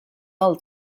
del